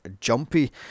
jumpy